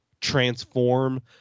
transform